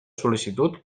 sol·licitud